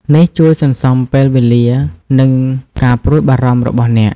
នេះជួយសន្សំពេលវេលា និងការព្រួយបារម្ភរបស់អ្នក។